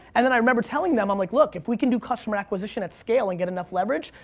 and then i remember telling them, i'm like look, if we can do customer acquisition at scale and get enough leverage,